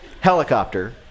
helicopter